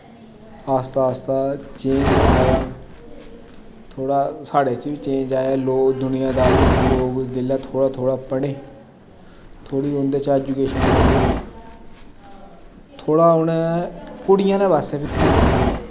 आस्तै आस्तै चेंज आया थोह्ड़ा साढ़े च बी चेंज आया लोग दुनियां दारी लोग जिसलै थोह्ड़े थोह्ड़े पढ़े थोह्ड़ी उं'दे च ऐजुकेशन आई तां थोह्ड़ा उ'नें कुड़ियें आह्लें पास्सै बी ध्यान दित्ता